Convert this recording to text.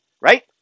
Right